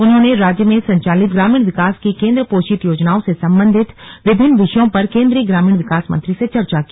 उन्होंने राज्य में संचालित ग्रामीण विकास की केन्द्र पोषित योजनाओं से सम्बन्धित विभिन्न विषयों पर केन्द्रीय ग्रामीण विकास मंत्री से चर्चा की